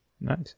Nice